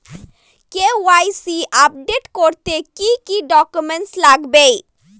KYC update করতে কি কি ডকুমেন্টস লাগবে?